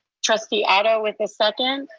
trustee otto with a second.